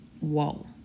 Whoa